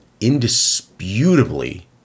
indisputably